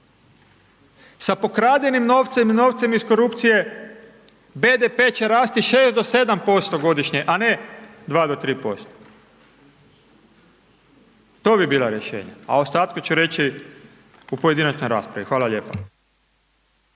Sa pokradenim novcem i novcem iz korupcije, BDP će rasti 6-7% godišnje, a ne 2-3%. To bi bila rješenja, a o ostatku ću reći u pojedinačnoj raspravi. Hvala lijepa.